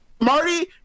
Marty